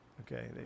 okay